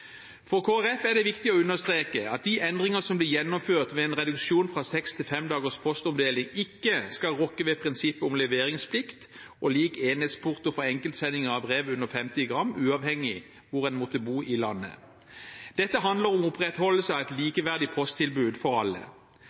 For Kristelig Folkeparti er det viktig å understreke at de endringer som blir gjennomført med en reduksjon fra seks til fem dagers postomdeling, ikke skal rokke ved prinsippet om leveringsplikt og lik enhetsporto for enkeltsendinger av brev under 50 gram, uavhengig av hvor en måtte bo i landet. Dette handler om opprettholdelse av et likeverdig posttilbud for alle.